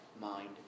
mind